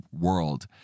world